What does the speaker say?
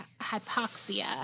hypoxia